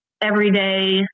everyday